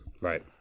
Right